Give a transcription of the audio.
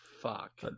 fuck